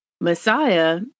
Messiah